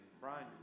Brian